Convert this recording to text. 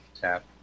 tap